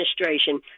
administration